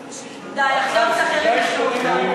די, עכשיו שאחרים ישמעו אותם.